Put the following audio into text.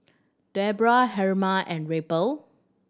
Debra Herma and Raphael